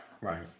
right